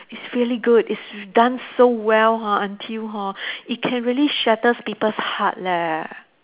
it's really good it's done so well ha until hor it can really shatters people's heart leh